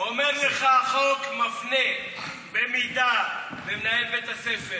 אומר לך: החוק מפנה, במידה שלמנהל בית הספר